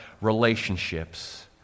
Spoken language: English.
relationships